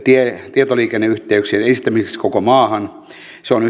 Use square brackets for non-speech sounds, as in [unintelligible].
tietoliikenneyhteyksien edistämiseksi koko maahan se on [unintelligible]